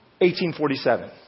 1847